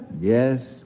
Yes